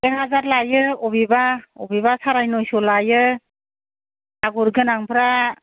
एक हाजार लायो अबेबा अबेबा साराय नयस' लायो आगर गोनांफ्रा